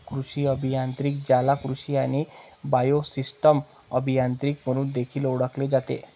कृषी अभियांत्रिकी, ज्याला कृषी आणि बायोसिस्टम अभियांत्रिकी म्हणून देखील ओळखले जाते